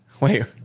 Wait